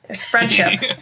Friendship